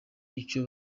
icyo